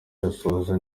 irasozwa